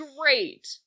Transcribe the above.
great